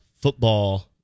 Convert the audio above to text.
football